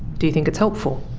do you think it's helpful?